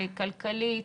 כלכלית,